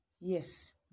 Yes